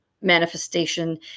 manifestation